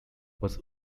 was